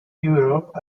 europe